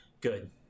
good